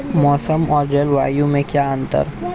मौसम और जलवायु में क्या अंतर?